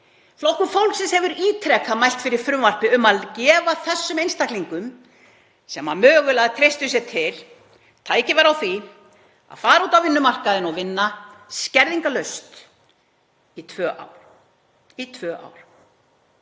Flokkur fólksins hefur ítrekað mælt fyrir frumvarpi um að gefa þeim einstaklingum sem mögulega treysta sér til tækifæri til að fara út á vinnumarkaðinn og vinna skerðingarlaust í tvö ár. Við erum